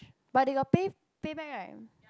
but they got pay pay back right